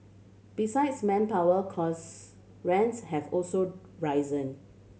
besides manpower costs rents have also risen